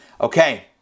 Okay